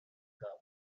cup